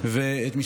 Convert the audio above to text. ואת אביו,